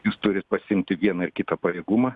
jūs turit pasiimti vieną ar kitą pajėgumą